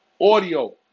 Audio